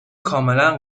کاملا